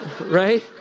right